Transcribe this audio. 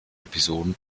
episoden